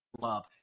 love